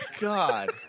God